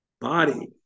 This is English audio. body